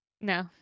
No